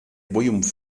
royaumes